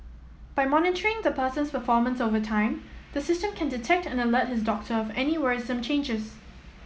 by monitoring the person's performance over time the system can detect and alert his doctor of any worrisome changers